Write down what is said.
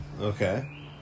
Okay